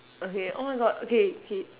okay oh my god okay okay